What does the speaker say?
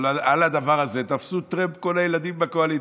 אבל על הדבר הזה תפסו טרמפ כל הילדים בקואליציה,